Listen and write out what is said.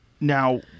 Now